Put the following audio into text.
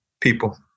People